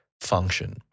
function